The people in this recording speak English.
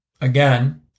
Again